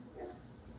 yes